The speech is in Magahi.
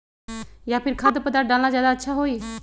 या फिर खाद्य पदार्थ डालना ज्यादा अच्छा होई?